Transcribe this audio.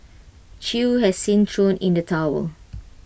chew has since thrown in the towel